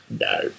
No